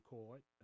Court